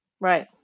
Right